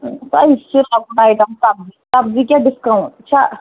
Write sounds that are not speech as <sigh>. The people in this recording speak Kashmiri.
<unintelligible> سبزی سبزی کیٛاہ ڈِسکاوُنٛٹ یہِ چھا